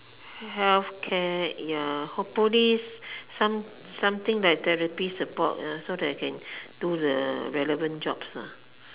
healthcare ya hopefully some something like therapy support so that I can do the relevant jobs ah